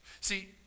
See